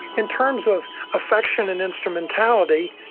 in terms of affection and instrumentality,